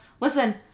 Listen